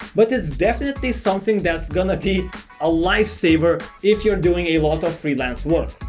but it's definitely something that's gonna be a lifesaver if you're doing a lot of freelance work.